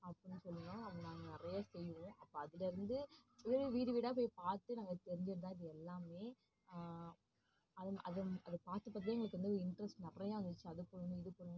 அப்படின்னு சொல்லனும் அவங்க நாங்கள் நிறையா செய்வோம் அப்போ அதிலேருந்து வீடு வீடாக போய் பார்த்து நாங்கள் தெரிஞ்சிது தான் இது எல்லாமே அது பார்த்து பார்த்துதான் எங்களுக்கு வந்து ஒரு இன்ட்ரஸ்ட் நிறையா அது பண்ணனும் இது பண்ணனும் அப்படினு